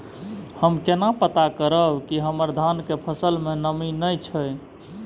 हम केना पता करब की हमर धान के फसल में नमी नय छै?